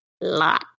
lot